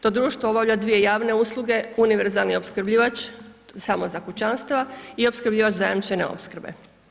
To društvo obavlja dvije javne usluge, univerzalni opskrbljivač samo za kućanstva i opskrbljivač zajamčene opskrbe.